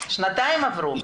שנתיים עברו.